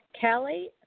Kelly